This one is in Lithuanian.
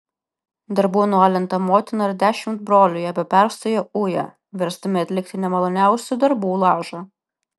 darbų nualinta motina ir dešimt brolių ją be perstojo uja versdami atlikti nemaloniausių darbų lažą